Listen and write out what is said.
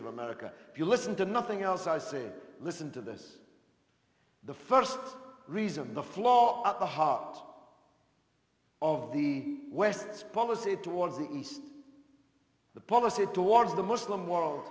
of america if you listen to nothing else i say listen to this the first reason the flaw at the heart of the west's policy towards at least the policy towards the muslim world